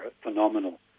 phenomenal